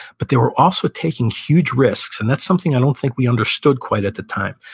but they were also taking huge risks, and that's something i don't think we understood quite at the time.